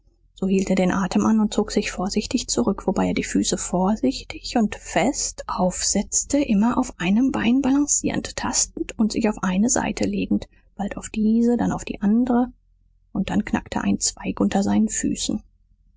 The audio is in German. so hielt er den atem an und zog sich vorsichtig zurück wobei er die füße vorsichtig und fest aussetzte immer auf einem bein balanzierend tastend und sich auf eine seite legend bald auf diese dann auf die andere und dann knackte ein zweig unter seinen füßen